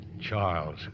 Charles